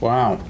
Wow